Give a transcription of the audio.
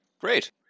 Great